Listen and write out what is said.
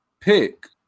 pick